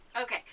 Okay